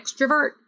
extrovert